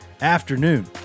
afternoon